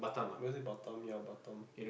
was it bottom ya bottom